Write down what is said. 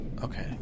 Okay